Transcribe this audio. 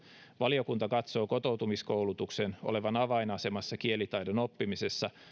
valiokunta katsoo kotoutumiskoulutuksen olevan avainasemassa kielitaidon oppimisessa